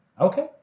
Okay